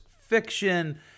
fiction